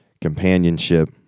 companionship